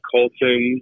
Colton